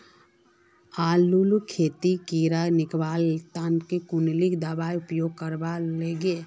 आलूर खेतीत कीड़ा निकलवार तने कुन दबाई उपयोग करवा लगे?